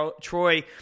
Troy